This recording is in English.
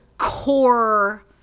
core